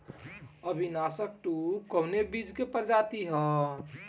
अविनाश टू कवने बीज क प्रजाति ह?